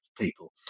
people